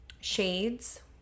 Shades